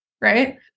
right